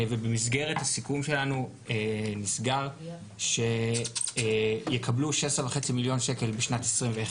ובמסגרת הסיכום שלנו נסגר שיקבלו 16.5 מיליון שקל בשנת 2021